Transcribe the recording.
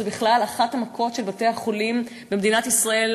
זאת בכלל אחת המכות של בתי-החולים במדינת ישראל.